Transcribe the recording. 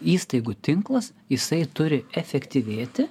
įstaigų tinklas jisai turi efektyvėti